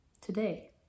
today